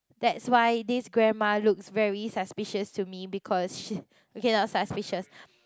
that's why this grandma looks very suspicious to me because she~ okay not suspicious